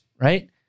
right